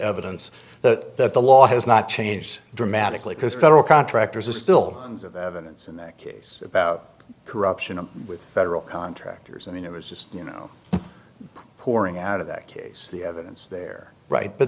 evidence that the law has not changed dramatically because federal contractors are still in that case about corruption with federal contractors i mean it was just you know pouring out of that case the evidence they're right but